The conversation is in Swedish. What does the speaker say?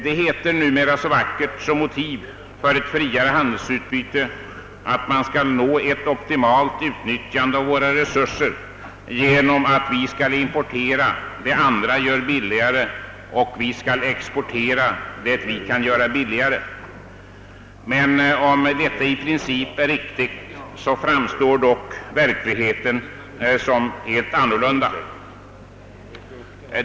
Det heter numera så vackert som motiv för ett friare handelsutbyte att vi skall nå ett optimalt utnyttjande av våra resurser genom att importera det andra gör billigare och exportera det vi kan göra billigare. även om detta i princip är riktigt framstår dock verkligheten som helt annorlunda.